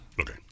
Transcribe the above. Okay